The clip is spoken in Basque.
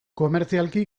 komertzialki